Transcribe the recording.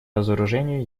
разоружению